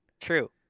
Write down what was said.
True